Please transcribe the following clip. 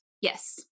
yes